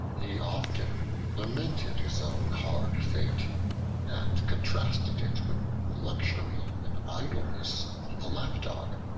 he often lamented his own hard fate and contrasted it with the luxury and idleness of the lapdog,